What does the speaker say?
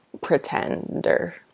pretender